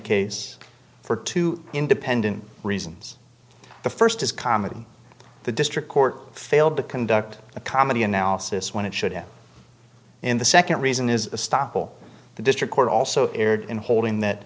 case for two independent reasons the first is comedy the district court failed to conduct a comedy analysis when it should have in the second reason is a stop all the district court also erred in holding that